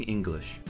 English，